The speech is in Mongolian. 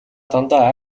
дандаа